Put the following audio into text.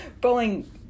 bowling